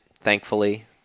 thankfully